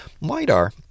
LiDAR